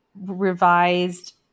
revised